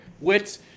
Wits